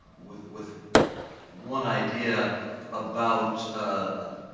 with, with one idea about, ah,